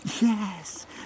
yes